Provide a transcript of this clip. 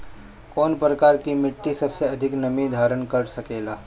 कौन प्रकार की मिट्टी सबसे अधिक नमी धारण कर सकेला?